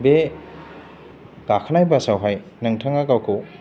बे गाखोनाय बासआवहाय नोंथाङा गावखौ